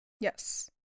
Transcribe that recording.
Yes